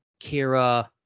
Kira